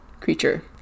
creature